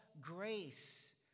grace